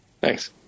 thanks